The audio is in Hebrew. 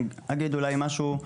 אני אגיד אולי משהו,